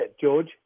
George